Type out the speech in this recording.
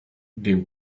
dem